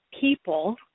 people